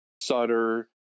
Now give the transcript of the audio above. Sutter